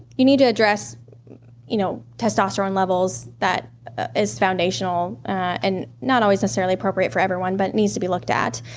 you need to address you know testosterone levels. that is foundational and not always necessarily appropriate for everyone, but needs to be looked at.